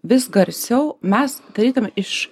vis garsiau mes tarytum iš